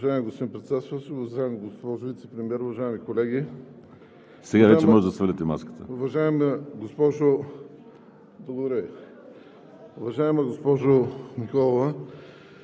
Уважаема госпожо Николова,